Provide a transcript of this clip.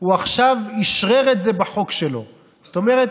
הוא עכשיו אשרר בחוק שלו, זאת אומרת,